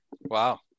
wow